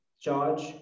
charge